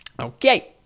Okay